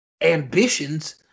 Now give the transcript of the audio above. ambitions